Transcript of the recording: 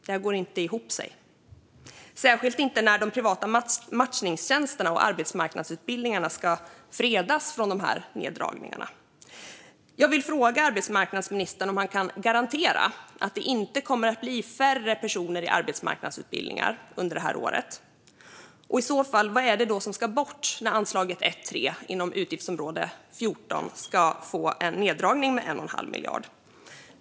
Det går inte ihop, särskilt inte när de privata matchningstjänsterna och arbetsmarknadsutbildningarna ska fredas från neddragningarna. Jag vill fråga arbetsmarknadsministern om han kan garantera att det inte kommer att bli färre personer i arbetsmarknadsutbildningar under det här året. Och i så fall, vad är det då som ska bort när anslaget 1:3 inom utgiftsområde 14 ska få en neddragning på 1 1⁄2 miljard?